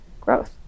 growth